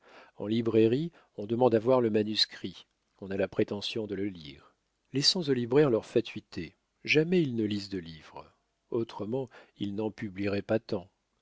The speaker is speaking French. en librairie on demande à voir le manuscrit on a la prétention de le lire laissons aux libraires leur fatuité jamais ils ne lisent de livres autrement ils n'en publieraient pas tant